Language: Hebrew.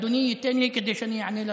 אדוני ייתן לי, כדי שאני אענה לשר.